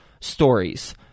stories